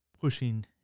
pushing